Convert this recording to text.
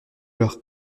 leur